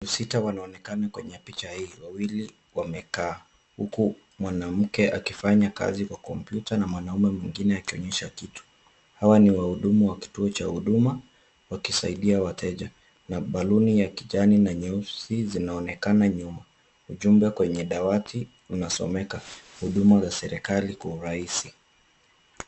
Watu sita wanaonekana kwenye picha hii, wawili wamekaa, huku mwanamke akifanya kazi kwa kompyuta na mwanamume mwingine akionyesha kitu. Hawa ni wahudumu wa kituo cha Huduma, wakisaidia wateja na baluni ya kijani na nyeusi zinaonekana nyuma, ujumbe kwenye dawati unasomeka, huduma za serikali kwa urahisi.